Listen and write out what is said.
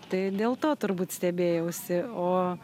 tai dėl to turbūt stebėjausi o